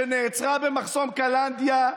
שנעצרה במחסום קלנדיה,